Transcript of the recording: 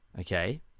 Okay